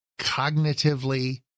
cognitively